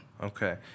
Okay